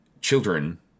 children